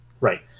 Right